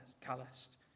calloused